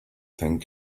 think